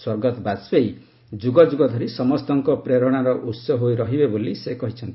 ସ୍ୱର୍ଗତ ବାଜପେୟୀ ଯୁଗଯୁଗ ଧରି ସମସ୍ତଙ୍କ ପ୍ରେରଣାର ଉତ୍ସ ହୋଇ ରହିବେ ବୋଲି ସେ କହିଛନ୍ତି